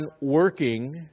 working